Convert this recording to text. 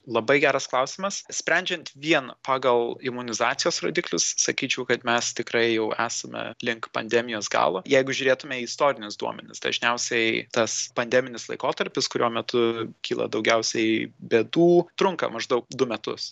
labai geras klausimas sprendžiant vien pagal imunizacijos rodiklius sakyčiau kad mes tikrai jau esame link pandemijos galo jeigu žiūrėtume į istorinius duomenis dažniausiai tas pandeminis laikotarpis kurio metu kyla daugiausiai bėdų trunka maždaug du metus